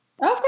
Okay